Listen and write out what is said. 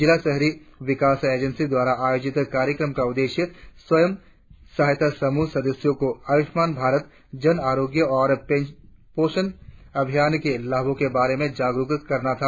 जिला शहरी विकास एजेंसी द्वारा आयोजित कार्यक्रम का उद्देश्य स्वयं सहायता समूह सदस्यों को आयुष्मान भारत जन आरोग्य और पोशन अभियान के लाभों के बारे में जागरुक करना था